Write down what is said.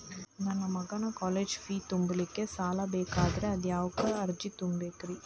ನನ್ನ ಮಗನ college fee ತುಂಬಲಿಕ್ಕೆ ಸಾಲ ಬೇಕಾಗೆದ್ರಿ ಅದಕ್ಯಾವ ಅರ್ಜಿ ತುಂಬೇಕ್ರಿ?